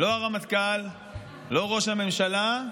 לא הרמטכ"ל, לא ראש הממשלה.